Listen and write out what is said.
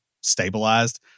stabilized